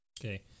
okay